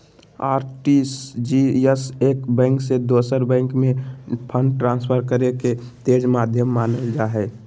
RTGS एक bank से दोसर बैंक में फंड ट्रांसफर करे के तेज माध्यम मानल जा हय